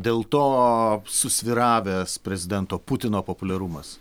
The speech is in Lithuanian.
dėl to susvyravęs prezidento putino populiarumas